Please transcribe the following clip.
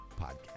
podcast